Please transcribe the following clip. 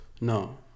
No